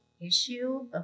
issue